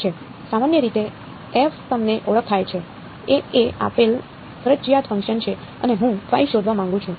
સામાન્ય રીતે એફ તમને ઓળખાય છે એ એ આપેલ ફરજિયાત ફંકશન છે અને હું શોધવા માંગુ છું